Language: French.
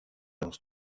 lance